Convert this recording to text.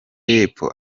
y’epfo